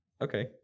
Okay